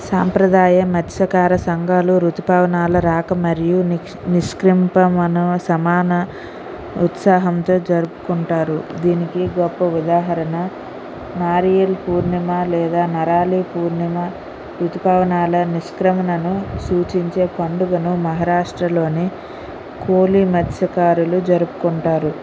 సాంప్రదాయ మత్స్యకార సంఘాలు ఋతుపవనాల రాక మరియు నిష్కరింప మన సమాన ఉత్సాహంతో జరుపుకుంటారు దీనికి గొప్ప ఉదాహరణ నారియల్ పూర్ణిమా లేదా నరాలి పూర్ణిమ ఋతుపవనాలు నిష్క్రమనను సూచించే పండుగను మహారాష్ట్రలోనీ కూలీ మత్స్యకారులు జరుపుకుంటారు